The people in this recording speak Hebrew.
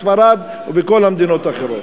בספרד ובכל המדינות האחרות.